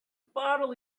bottle